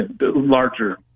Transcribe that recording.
larger